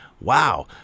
Wow